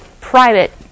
private